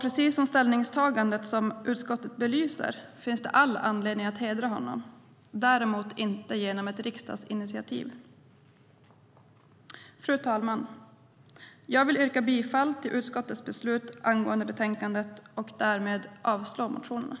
Precis som ställningstagandet från utskottet belyser finns det anledning att hedra honom, däremot inte genom ett riksdagsinitiativ. Fru talman! Jag vill yrka bifall till utskottets förslag.